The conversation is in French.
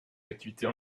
activités